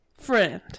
Friend